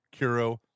Curo